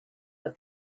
but